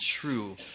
true